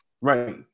right